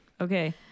okay